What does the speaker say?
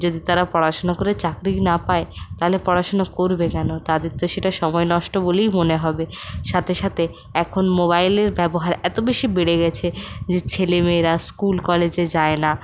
যদি তারা পড়াশোনা করে চাকরিই না পায় তাহলে পড়াশোনা করবে কেন তাদের তো সেটা সময় নষ্ট বলেই মনে হবে সাথে সাথে এখন মোবাইলের ব্যবহার বেশি বেড়ে গেছে যে ছেলেমেয়েরা স্কুল কলেজে যায় না